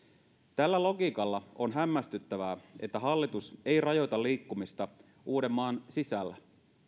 tällä logiikalla on hämmästyttävää että hallitus ei rajoita liikkumista uudenmaan sisällä